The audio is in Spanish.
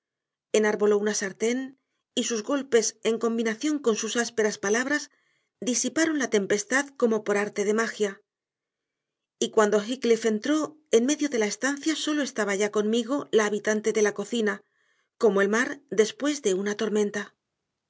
enarboló una sartén y sus golpes en combinación con sus ásperas palabras disiparon la tempestad como por arte de magia y cuando heathcliff entró en medio de la estancia sólo estaba ya conmigo la habitante de la cocina como el mar después de una tormenta